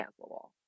cancelable